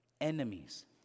enemies